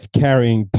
carrying